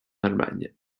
allemagne